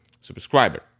subscriber